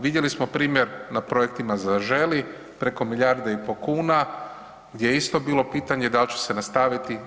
Vidjeli smo primjer na projektima „Zaželi“ preko milijarda i pol kuna gdje je isto bilo pitanje da li će se nastaviti.